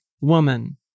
woman